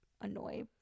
annoy